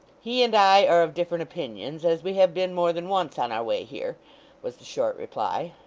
he and i are of different opinions, as we have been more than once on our way here was the short reply.